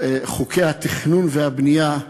חוק שפוגע בכל חוקי התכנון והבנייה,